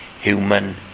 human